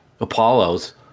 Apollo's